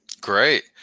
Great